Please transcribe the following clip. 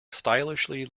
stylishly